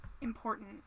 important